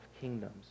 kingdoms